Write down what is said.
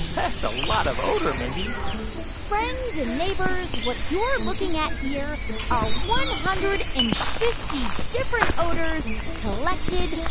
that's a lot of odor, mindy friends and neighbors, what you're looking at here are one hundred and fifty different odors collected,